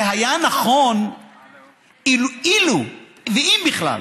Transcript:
זה היה נכון אילו, ואם בכלל,